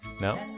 no